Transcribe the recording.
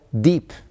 deep